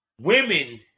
Women